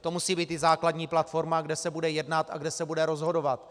To musí být i základní platforma, kde se bude jednat a kde se bude rozhodovat.